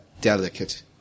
delicate